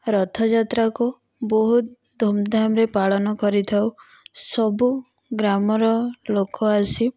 ରଥଯାତ୍ରାକୁ ବହୁତ ଧୁମଧାମରେ ପାଳନ କରିଥାଉ ସବୁ ଗ୍ରାମର ଲୋକ ଆସି